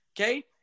okay